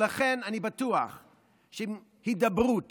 לכן, אני בטוח שעם הידברות